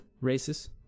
races